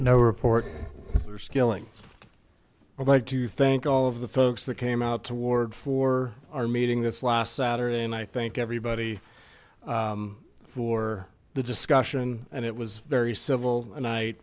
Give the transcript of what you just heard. no report or scaling i'd like to thank all of the folks that came out toward for our meeting this last saturday and i think everybody for the discussion and it was very civil and i